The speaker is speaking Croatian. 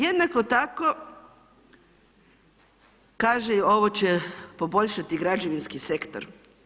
Jednako tako kaže ovo će poboljšati građevinski sektor.